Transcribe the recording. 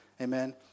Amen